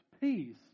peace